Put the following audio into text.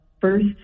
first